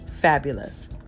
fabulous